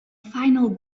final